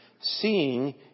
seeing